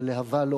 הלהבה לא